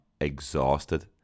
exhausted